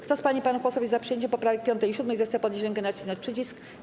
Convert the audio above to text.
Kto z pań i panów posłów jest za przyjęciem poprawek 5. i 7., zechce podnieść rękę i nacisnąć przycisk.